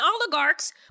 oligarchs